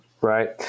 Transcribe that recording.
Right